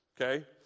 Okay